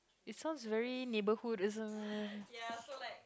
it sounds very neighborhood isn't